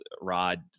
Rod